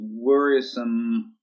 worrisome